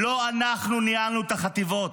לא אנחנו ניהלנו את החטיבות,